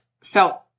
felt